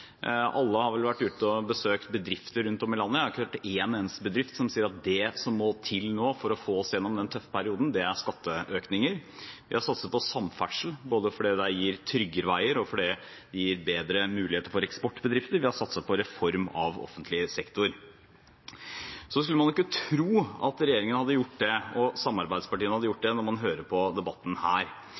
Alle har vel vært ute og besøkt bedrifter rundt om i landet, og jeg har ikke hørt en eneste bedrift som sier at det som må til nå for å få oss gjennom denne tøffe perioden, er skatteøkninger. Vi har satset på samferdsel, både fordi det gir tryggere veier og fordi det gir bedre muligheter for eksportbedrifter. Vi har satset på reform av offentlig sektor. Man skulle jo ikke tro at regjeringen – og samarbeidspartiene – hadde gjort det, når man hører på debatten her.